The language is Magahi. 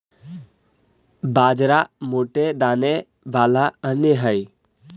बाजरा मोटे दाने वाला अन्य हई